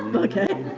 okay.